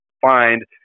find